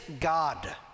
God